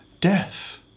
death